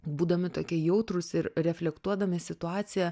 būdami tokie jautrūs ir reflektuodami situaciją